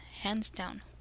hands-down